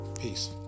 Peace